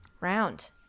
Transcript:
round